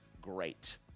great